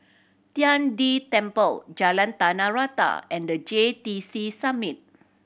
Tian De Temple Jalan Tanah Rata and The J T C Summit